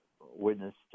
witnessed